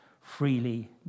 freely